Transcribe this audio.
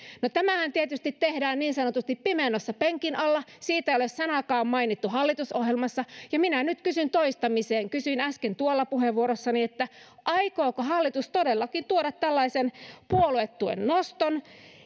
no tämähän tietysti tehdään niin sanotusti pimennossa penkin alla siitä ei ole sanaakaan mainittu hallitusohjelmassa minä nyt kysyn toistamiseen kysyin äsken puheenvuorossani aikooko hallitus todellakin tuoda tällaisen puoluetuen noston